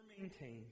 maintained